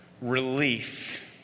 relief